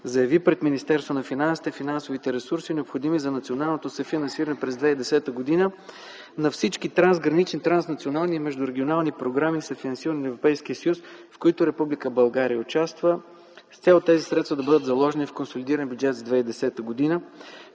заяви пред Министерството на финансите финансовите ресурси, необходими за националното съфинансиране през 2010 г. на всички трансгранични, транснационални и междурегионални програми, съфинансирани от Европейския съюз, в които Република България участва с цел тези средства да бъдат заложени в консолидирания бюджет за 2010 г.